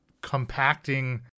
Compacting